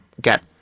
get